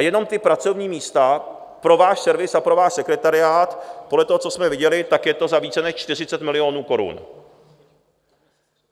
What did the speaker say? Jenom ta pracovní místa pro váš servis a pro váš sekretariát, podle toho, co jsme viděli, tak je to za více než 40 milionů korun